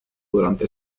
durante